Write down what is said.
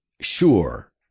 sure